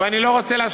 ואני לא משווה,